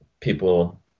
people